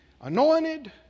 anointed